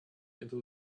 into